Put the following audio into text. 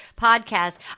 podcast